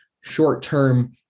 short-term